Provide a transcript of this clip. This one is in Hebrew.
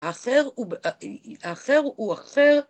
‫אחר ו... אחר הוא אחר.